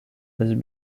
has